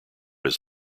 his